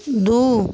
दू